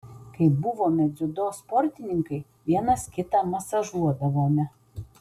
kai buvome dziudo sportininkai vienas kitą masažuodavome